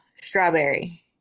Strawberry